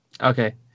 Okay